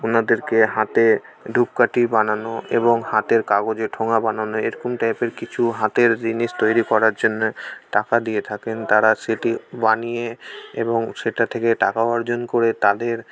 ওনাদেরকে হাতে ধূপকাঠি বানানো এবং হাতের কাগজে ঠোঙা বানানো এরকম টাইপের কিছু হাতের জিনিস তৈরি করার জন্যে টাকা দিয়ে থাকেন তারা সেটি বানিয়ে এবং সেটা থেকে টাকাও অর্জন করে তাদের